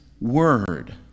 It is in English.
word